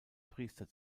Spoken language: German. priester